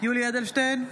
יולי יואל אדלשטיין,